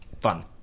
Fun